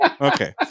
Okay